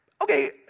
okay